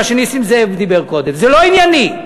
מה שנסים זאב דיבר קודם, זה לא ענייני.